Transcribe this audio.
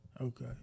Okay